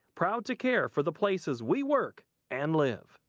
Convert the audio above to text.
proud to care for the places we work and live.